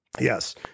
yes